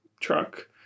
truck